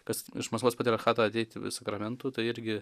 kas iš maskvos patriarchato ateit sakramentų tai irgi